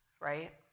right